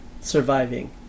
surviving